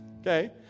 okay